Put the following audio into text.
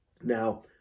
Now